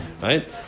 Right